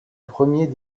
premier